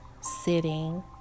sitting